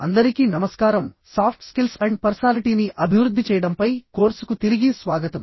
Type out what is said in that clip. అందరికీ నమస్కారంసాఫ్ట్ skills and పర్సనాలిటీని అభివృద్ధి చేయడంపై కోర్సుకు తిరిగి స్వాగతం